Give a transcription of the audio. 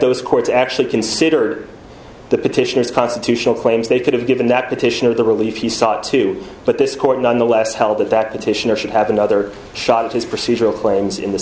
those courts actually considered the petitioners constitutional claims they could have given that petition of the relief he sought to but this court nonetheless held that that petitioner should have another shot at his procedural claims in the